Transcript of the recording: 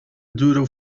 doodle